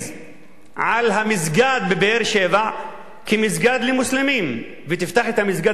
על המסגד בבאר-שבע כמסגד למוסלמים ותפתח את המסגד